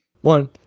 One